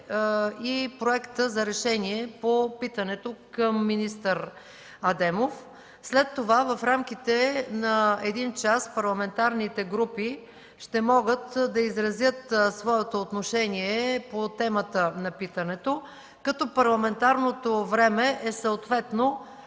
и Проекта за решение по питането към министър Адемов. След това, в рамките на един час, парламентарните групи ще могат да изразят своето отношение по темата на питането, като парламентарното време е съответно: